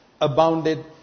abounded